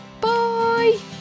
bye